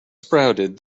sprouted